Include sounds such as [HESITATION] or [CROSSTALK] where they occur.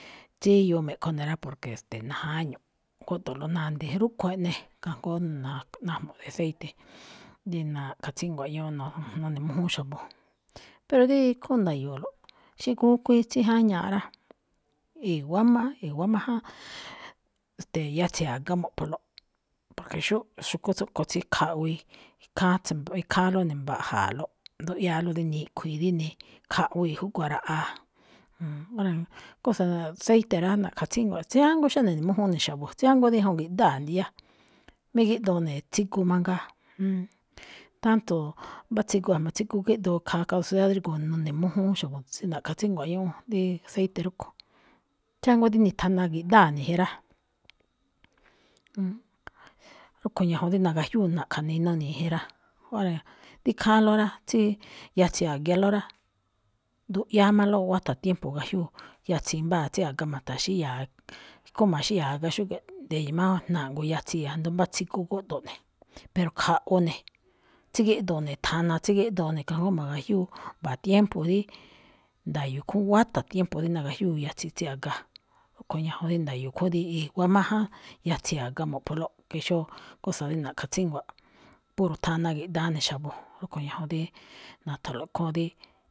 Tsíyoo me̱kho ne̱ rá, porque, e̱ste̱e̱, najáñuꞌ, gúꞌgo̱ꞌlo̱ꞌ nandii, rúꞌkho̱ eꞌne, kajngó najmuꞌ rí aceite rí na̱ꞌkha̱ tsíngua̱ꞌ ñúꞌún no- none̱mújúún xa̱bo. Pero dí ikhúún nda̱yo̱o̱lo̱ꞌ, xí gúkuíín tsíjañaaꞌ rá, i̱wa̱á má-i̱wa̱á máján, [HESITATION] ste̱e̱, yatsi̱i a̱ga mo̱ꞌpholóꞌ, porque xú-xu̱kú tsúꞌkho̱ tsí khaꞌwii, kháá-ikháánlóꞌ e̱ꞌnembaja̱a̱lóꞌ, nduꞌyáálóꞌ dí niꞌkhi̱i̱, dí ni- khaꞌwii̱ júguaraꞌaa̱. [HESITATION] óra̱, cosa ceite rá na̱ꞌkha̱ tsíngua̱ꞌ, tsiánguá xéne ene̱mújúún ne̱ xa̱bo̱, tsiánguá dí ñajuun gi̱ꞌdáa ndiyá. Mí gíꞌdoo ne̱ tsigu mangaa, tanto mbá tsigu, a̱jma̱ tsigu gíꞌdoo khaa caducidad drígo̱o̱ none̱mújúún xa̱bo̱ tsí na̱ꞌkha̱ tsíngua̱ꞌ ñúꞌún, rí ceite rúꞌkho̱. Tsiánguá díni thana gi̱ꞌdáa̱ [NOISE] ne̱ jin rá. Rúꞌkho̱ ñajuun rí nagajyúu ne̱ na̱ꞌkha̱ ne̱ nuni̱i̱ jin rá. Óra̱, rí ikháánló rá, tsí yatsi̱i a̱gialó rá, nduꞌyáámáló wátha̱ tiempo gajyúu yatsi̱i mbáa tsí a̱ga ma̱ta̱xíya̱a̱. Ikhúún ma̱xíya̱a̱ aga̱ xúge̱ꞌ, nde̱yo̱o̱ má na̱ngo̱ yatsii̱ ajndo mbá tsigu gúꞌdo̱ꞌ ne̱. Pero khaꞌwu ne̱, tsígíꞌdu̱u̱n ne̱ thana tsiꞌgíꞌdoo ne̱ kajngó ma̱gajyúu mba̱a̱ tiempo dí, nda̱yo̱o̱ khúún wátha̱ tiempo dí nagajyúu yatsi̱i tsí a̱ga. Rúꞌkho̱ ñajuun rí nda̱yo̱o̱ khúún dí i̱wa̱á máján yatsi̱i a̱ga mo̱ꞌpholóꞌ ke xóo cosa dí na̱ꞌkha tsíngua̱, puro thana gi̱ꞌdáá ne̱ xa̱bo̱. Rúꞌkho̱ ñajuun dí na̱tha̱nlo̱ꞌ khúún dí.